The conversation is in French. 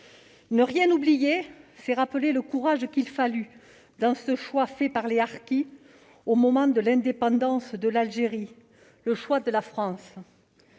Ne rien oublier, c'est rappeler le courage qu'il fallut aux harkis pour faire ce choix au moment de l'indépendance de l'Algérie : le choix de la France.